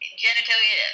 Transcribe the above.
genitalia